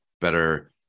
better